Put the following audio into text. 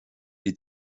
die